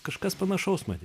kažkas panašaus matyt